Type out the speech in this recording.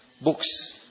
books